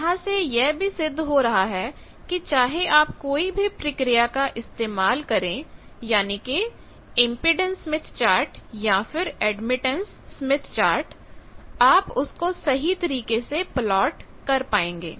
यहां से यह भी सिद्ध हो रहा है कि चाहे आप कोई भी प्रक्रिया का इस्तेमाल करें यानी कि इंपेडेंस स्मिथ चार्ट या फिर एडमिटेंस स्मिथ चार्ट आप उसको सही तरीके से प्लॉट कर पाएंगे